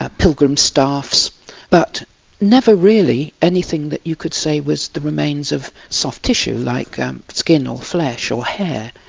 ah pilgrim staffs but never really anything that you could say that was the remains of soft tissue like um skin, or flesh, or hair.